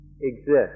exist